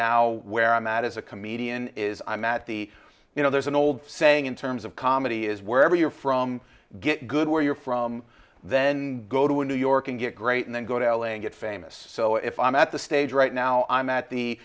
now where i'm at as a comedian is i met the you know there's an old saying in terms of comedy is wherever you're from get good where you're from then go to new york and get great and then go to l a and get famous so if i'm at the stage right now i'm at the